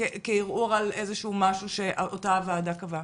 כערעור על איזשהו משהו שאותה ועדה קבעה,